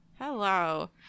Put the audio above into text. hello